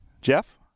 Jeff